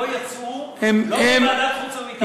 לא יצאו לא מוועדת חוץ וביטחון ולא משום דבר.